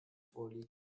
vorliegen